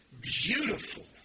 beautiful